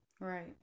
Right